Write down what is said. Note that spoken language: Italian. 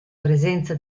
presenza